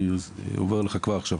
אני אומר לך כבר עכשיו,